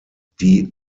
die